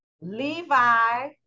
Levi